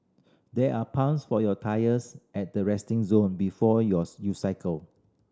there are pumps for your tyres at the resting zone before your you cycle